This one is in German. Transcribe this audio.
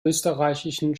österreichischen